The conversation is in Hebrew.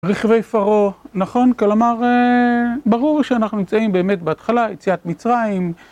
רכבי פרעה, נכון, כלומר ברור שאנחנו נמצאים באמת בהתחלה, יציאת מצרים.